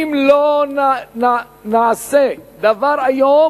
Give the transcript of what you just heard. אם לא נעשה היום